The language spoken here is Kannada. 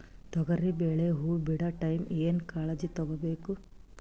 ತೊಗರಿಬೇಳೆ ಹೊವ ಬಿಡ ಟೈಮ್ ಏನ ಕಾಳಜಿ ತಗೋಬೇಕು?